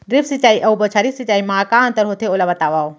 Drip सिंचाई अऊ बौछारी सिंचाई मा का अंतर होथे, ओला बतावव?